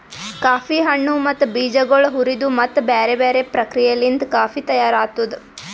coffee ಹಣ್ಣು ಮತ್ತ ಬೀಜಗೊಳ್ ಹುರಿದು ಮತ್ತ ಬ್ಯಾರೆ ಬ್ಯಾರೆ ಪ್ರಕ್ರಿಯೆಲಿಂತ್ ಕಾಫಿ ತೈಯಾರ್ ಆತ್ತುದ್